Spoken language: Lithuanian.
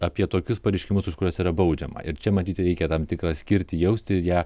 apie tokius pareiškimus už kuriuos yra baudžiama ir čia matyt reikia tam tikrą skirti jausti ir ją